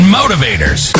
motivators